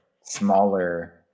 smaller